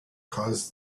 caused